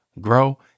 grow